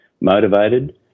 motivated